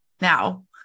Now